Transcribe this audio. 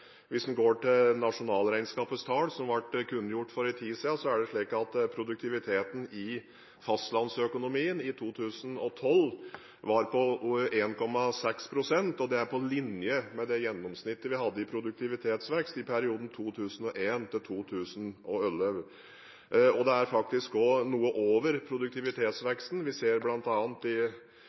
nasjonalregnskapets tall, som ble kunngjort for en tid siden, er det slik at produktiviteten i fastlandsøkonomien i 2012 var på 1,6 pst., og det er på linje med det gjennomsnittet vi hadde i produktivitetsvekst i perioden 2001–2011. Det er faktisk også noe over produktivitetsveksten vi ser bl.a. i